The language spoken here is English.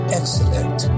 excellent